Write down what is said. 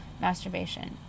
masturbation